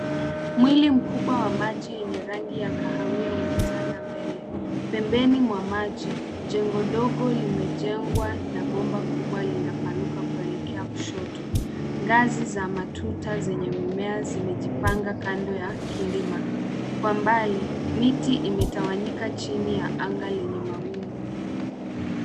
Mwili mkubwa wa maji yenye rangi ya kahawia unatanda mbele. Pembeni mwa maji, jengo dogo limejengwa na bomba kubwa linapanuka kuelekea kushoto. Ngazi za matuta zenye mimea zimejipanga kando ya kilima. Kwa mbali, miti imetawanyika chini ya anga lenye mawingu.